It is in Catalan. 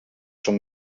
són